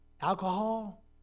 Alcohol